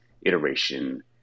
iteration